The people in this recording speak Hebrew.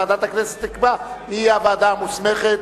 ועדת הכנסת תקבע מי הוועדה המוסמכת.